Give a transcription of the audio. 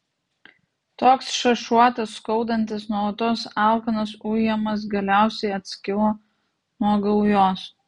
toks šašuotas skaudantis nuolatos alkanas ujamas galiausiai atskilo nuo gaujos